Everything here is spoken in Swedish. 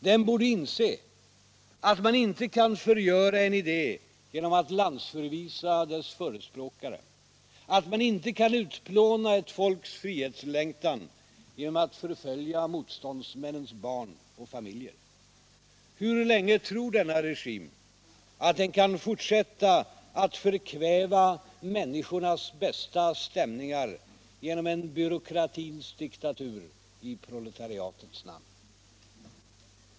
Den borde inse att man inte kan förgöra en idé genom att landsförvisa dess förespråkare, att man inte kan utplåna ett folks frihetslängtan genom att förfölja motståndsmännens barn och familjer. Hur länge tror denna regim att den kan fortsätta att förkväva människornas bästa stämningar genom en byråkratins diktatur i proletariatets namn?